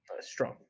Strong